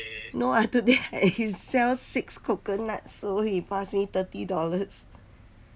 no ah today I sell six coconut so he pass me thirty dollars